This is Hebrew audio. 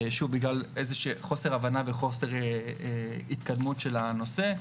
שוב בגלל חוסר הבנה וחוסר התקדמות של הנושא.